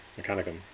Mechanicum